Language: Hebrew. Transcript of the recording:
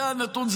זה הנתון.